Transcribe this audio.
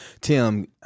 Tim